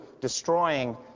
destroying